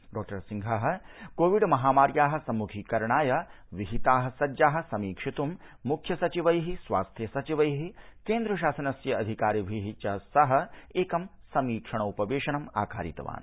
doctor सिंहः covid महामार्याः सम्मुखीकरणाय विहिताः सज्ञाः समीक्षितुं मुख्यसचिवैः स्वास्थ्य सचिवैः केन्द्र शासनस्य अधिकारिभिः च सह एकं समीक्षणोपवेशनम् आकारितवान्